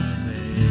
say